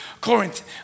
Corinth